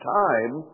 time